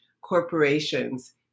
corporations